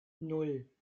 nan